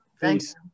Thanks